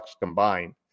combined